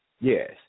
yes